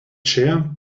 chér